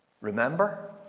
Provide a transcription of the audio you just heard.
Remember